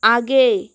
आगे